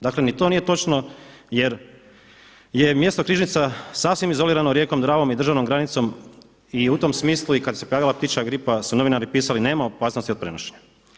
Dakle ni to nije točno jer je mjesto Križnica sasvim izolirano rijekom Dravom i državnom granicom i u tom smislu kada se pojavila ptičja gripa su novinari napisali nema opasnosti od prenošenja.